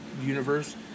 universe